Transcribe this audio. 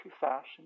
fashion